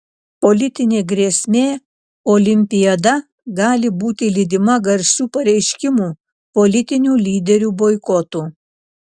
politinė grėsmė olimpiada gali būti lydima garsių pareiškimų politinių lyderių boikotų